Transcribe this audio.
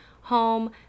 home